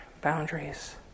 boundaries